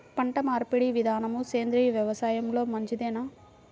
పంటమార్పిడి విధానము సేంద్రియ వ్యవసాయంలో మంచిదేనా?